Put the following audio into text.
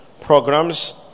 programs